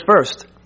first